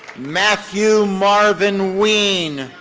matthew marvin ween.